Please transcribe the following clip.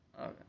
Okay